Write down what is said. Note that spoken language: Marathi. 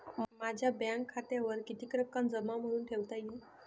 माझ्या बँक खात्यावर किती रक्कम जमा म्हणून ठेवता येईल?